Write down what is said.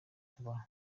tubaha